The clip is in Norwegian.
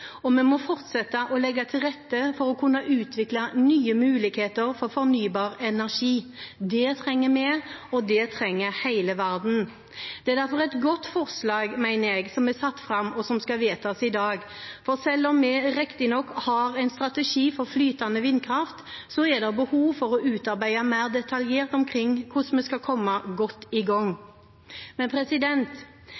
og vi må fortsette å legge til rette for å kunne utvikle nye muligheter for fornybar energi. Det trenger vi, og det trenger hele verden. Jeg mener derfor det er et godt forslag som er fremmet og skal vedtas i dag. Selv om vi riktignok har en strategi for flytende vindkraft, er det behov for å utarbeide noe mer detaljert om hvordan vi skal komme godt i gang.